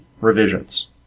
revisions